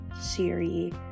Siri